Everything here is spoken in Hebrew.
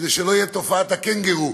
כדי שלא תהיה תופעת הקנגורו,